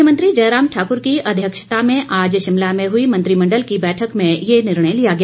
मुख्यमंत्री जयराम ठाकुर की अध्यक्षता में आज शिमला में हुई मंत्रिमंडल की बैठक में ये निर्णय लिया गया